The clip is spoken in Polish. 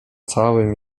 całym